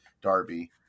darby